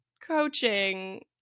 coaching